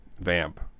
Vamp